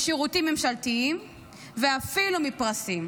משירותים ממשלתיים ואפילו מפרסים,